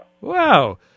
Wow